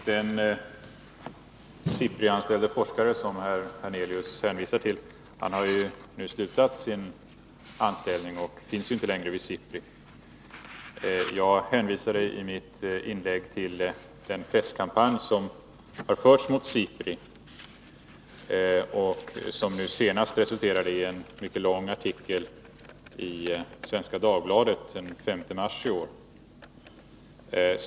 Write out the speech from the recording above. Herr talman! Den SIPRI-anställde forskare som herr Hernelius hänvisar till har ju nu slutat sin anställning och finns inte längre vid SIPRI. Jag hänvisade i mitt inlägg till den presskampanj som har förts mot SIPRI och som senast resulterade i en mycket lång artikel i Svenska Dagbladet den 5 marsi år.